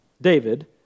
David